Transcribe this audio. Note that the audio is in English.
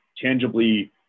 tangibly